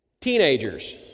Teenagers